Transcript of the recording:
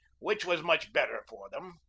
which was much better for them,